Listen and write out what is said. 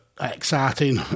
exciting